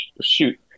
shoot